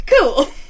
Cool